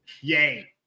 Yay